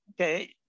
Okay